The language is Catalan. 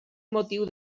motiu